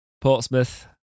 Portsmouth